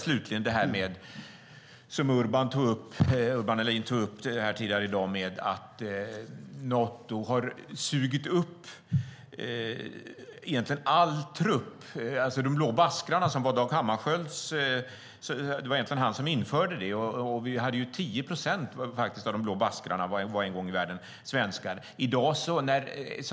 Slutligen är det detta som Urban Ahlin tog upp tidigare i dag med att Nato egentligen har sugit upp all trupp. Det var Dag Hammarskjöld som införde de blå baskrarna, och 10 procent av dem var en gång i världen svenskar.